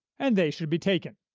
and they should be taken.